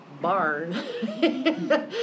barn